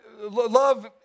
love